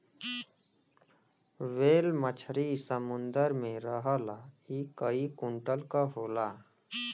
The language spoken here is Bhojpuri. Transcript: ह्वेल मछरी समुंदर में रहला इ कई कुंटल क होला